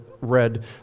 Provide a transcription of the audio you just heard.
read